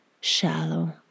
shallow